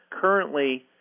Currently